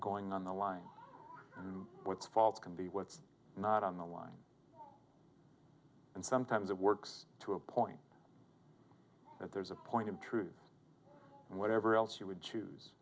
going on the line with fault can be what's not on the line and sometimes it works to a point that there's a point of truth whatever else you would choose